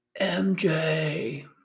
MJ